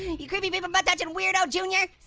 you creepy people-butt-touchin' weirdo, junior!